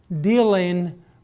dealing